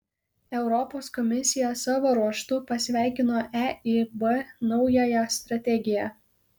europos komisija savo ruožtu pasveikino eib naująją strategiją